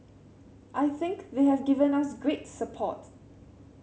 I think they have given us great support